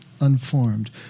unformed